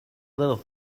little